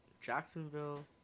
Jacksonville